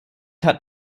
hat